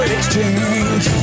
Exchange